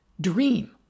dream